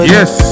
Yes